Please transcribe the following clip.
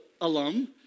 alum